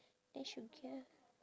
I should get